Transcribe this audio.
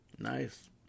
Nice